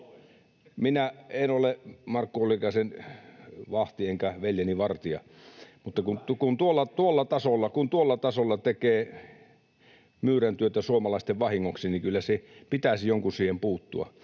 Minä en ole Markku Ollikaisen vahti enkä veljeni vartija. Mutta kun tuolla tasolla tekee myyräntyötä suomalaisten vahingoksi, niin kyllä pitäisi jonkun siihen puuttua.